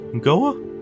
Goa